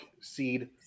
Seed